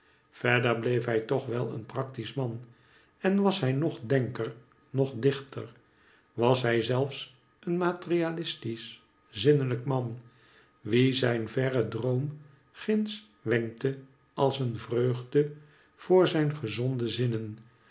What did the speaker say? verder bleef hij toch wel een praktiesch man en was hij noch denker noch dichter was hij zelfs een materialistiesch zinnelijk man wien zijn verre droom ginds wenkte als een vreugde voor zijn gezonde zinnen